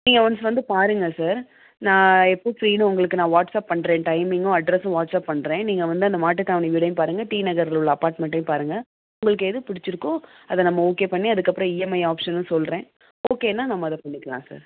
நீங்கள் ஒன்ஸ் வந்து பாருங்க சார் நான் எப்போது ஃப்ரீன்னு உங்களுக்கு நான் வாட்ஸ்அப் பண்ணுறேன் டைமிங்கும் அட்ரஸ்ஸும் வாட்ஸ்அப் பண்ணுறேன் நீங்கள் வந்து அந்த மாட்டு தாவணி வீடையும் பாருங்க டிநகரில் உள்ள அப்பார்ட்மெண்ட்டையும் பாருங்க உங்களுக்கு எது பிடிச்சுருக்கோ அத நம்ம ஓகே பண்ணி அதுக்கப்புறம் இஎம்ஐ ஆப்ஷனும் சொல்கிறேன் ஓகேன்னால் நம்ம அதை பண்ணிக்கலாம் சார்